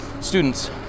students